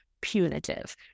punitive